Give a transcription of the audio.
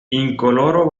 incoloro